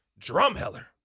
Drumheller